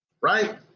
right